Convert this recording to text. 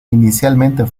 inicialmente